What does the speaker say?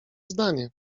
zdanie